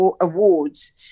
awards